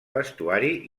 vestuari